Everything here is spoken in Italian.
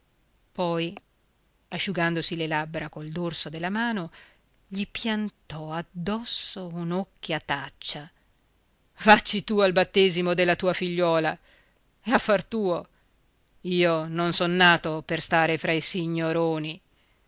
poi asciugandosi le labbra col dorso della mano gli piantò addosso un'occhiataccia vacci tu al battesimo della tua figliuola è affar tuo io non son nato per stare fra i signoroni